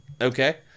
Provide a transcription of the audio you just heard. Okay